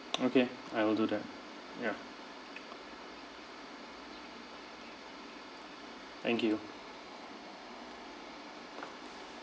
okay I will do that ya thank you